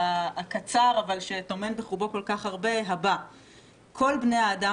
הקצר אבל שטומן בחובו כל כך הרבה: "כל בני האדם